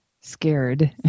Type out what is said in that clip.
scared